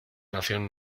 nación